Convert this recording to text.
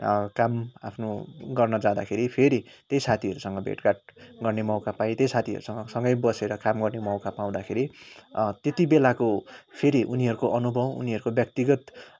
काम आफ्नो गर्न जाँदाखेरि फेरि त्यही साथीहरूसँग भेटघाट गर्ने मौका पाएँ त्यही साथीहरूसँग सँगै बसेर काम गर्नै मौका पाउँदाखेरि त्यति बेलाको फेरि उनीहरूको अनुभव उनीहरूको व्यक्तिगत